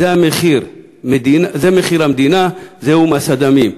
זהו מחיר המדינה, זהו מס הדמים.